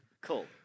cool